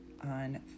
on